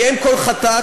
היא אם כל חטאת,